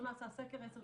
לא נעשה סקר 10 שנים.